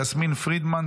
יסמין פרידמן,